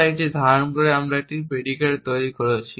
বা একটি ধারণ করে একটি প্রেডিকেট তৈরি করছে